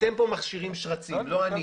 אתם פה מכשירים שרצים - לא אני.